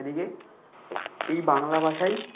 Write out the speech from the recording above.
এদিকে এই বাংলা ভাষাই